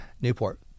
Newport